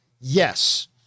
Yes